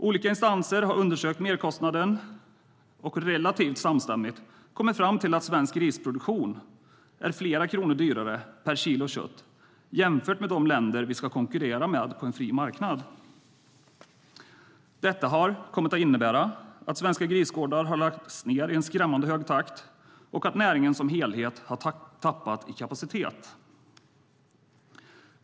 Olika instanser har undersökt merkostnaden och relativt samstämmigt kommit fram till att svensk grisproduktion är flera kronor dyrare per kilo kött jämfört med de länder som vi på en fri marknad ska konkurrera med. Detta har kommit att innebära att svenska grisgårdar lagts ned i en skrämmande hög takt och att näringen som helhet har tappat i kapacitet.